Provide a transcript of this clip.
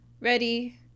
Ready